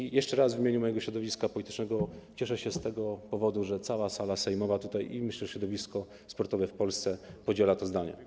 I jeszcze raz w imieniu mojego środowiska politycznego powiem: cieszę się z tego powodu, że cała sala sejmowa, i myślę, że środowisko sportowe w Polsce też, podziela to zdanie.